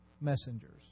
messengers